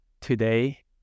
today